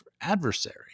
adversary